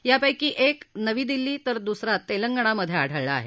यापैकी एक नवी दिल्ली तर दुसर तेलंगणामधे आढळला आहे